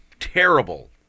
Terrible